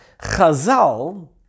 Chazal